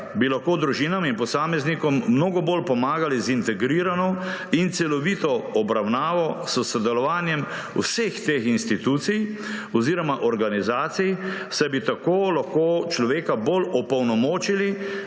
bi lahko družinam in posameznikom mnogo bolj pomagali z integrirano in celovito obravnavo s sodelovanjem vseh teh institucij oziroma organizacij, saj bi tako lahko človeka bolj opolnomočili,